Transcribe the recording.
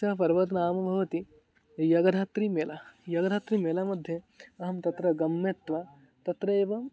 सा पर्व नाम भवति यगधात्रि मेला यगधात्रि मेला मध्ये अहं तत्र गत्वा तत्रैवं